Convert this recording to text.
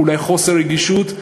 אולי חוסר רגישות,